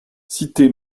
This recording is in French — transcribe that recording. cité